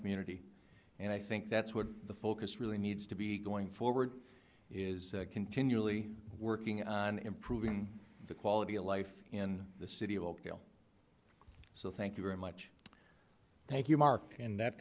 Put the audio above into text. community and i think that's what the focus really needs to be going forward is continually working on improving the quality of life in the city of local so thank you very much thank you mark and that